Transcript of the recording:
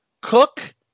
cook